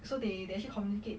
so they they actually communicate